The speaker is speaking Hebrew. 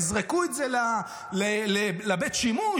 תזרקו את זה לבית שימוש,